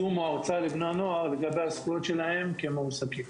זום או הרצאה לבני הנוער בנושא הזכויות שלהם כמועסקים.